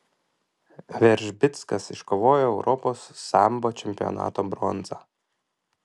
veržbickas iškovojo europos sambo čempionato bronzą